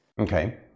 Okay